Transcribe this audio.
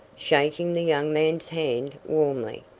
shaking the young man's hand warmly,